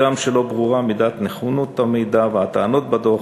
הגם שלא ברורה מידת נכונות המידע והטענות בדוח,